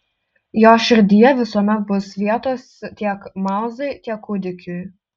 jo širdyje visuomet bus vietos tiek mauzai tiek kūdikiui